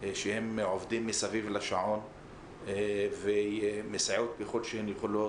שהן עובדות מסביב לשעון ומסייעות ככל שהן יכולות,